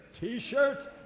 T-shirts